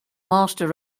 master